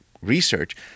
research